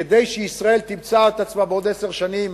כדי שישראל תמצא את עצמה בעוד עשר שנים עם,